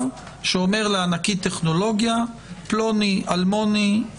שאומר לענקית טכנולוגיה: פלוני אלמוני,